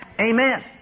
Amen